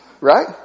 Right